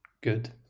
good